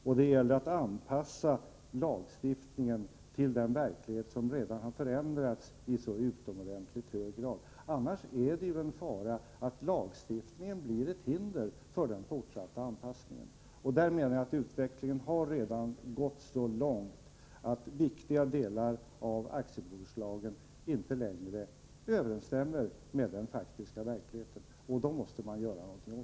Och det gäller att anpassa lagstiftningen till den verklighet som redan har förändrats i så utomordentligt hög grad. Annars är faran att lagstiftningen blir ett hinder för den fortsatta anpassningen. Jag menar att utvecklingen redan har gått så långt att viktiga delar av aktiebolagslagen inte längre överensstämmer med den faktiska verkligheten. Det måste man göra någonting åt.